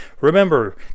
Remember